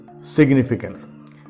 significance